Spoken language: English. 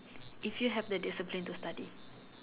if you have the discipline to study